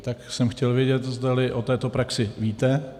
Tak jsem chtěl vědět, zdali o této praxi víte.